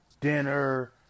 dinner